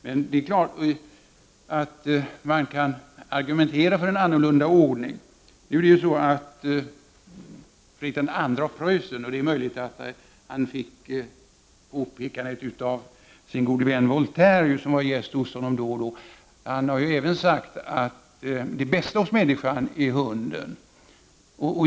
Men det är klart att man kan argumentera för en annan ordning. Fredrik II av Preussen har också sagt — ett påpekande som han kanske fått av sin gode vän Voltaire, som gästade honom då och då — att det bästa hos människan är hunden.